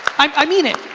i mean it,